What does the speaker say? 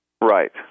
Right